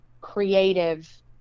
creative